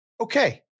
Okay